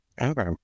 Okay